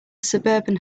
suburban